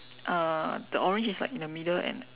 uh the orange is like in the middle and